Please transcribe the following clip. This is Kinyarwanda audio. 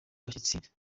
abashyitsi